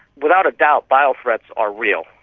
without a doubt bio-threats are real.